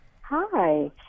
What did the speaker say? Hi